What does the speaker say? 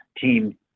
team